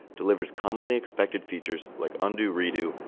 delivers commonly expected features, like undo redo,